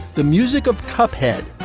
the music of cup head,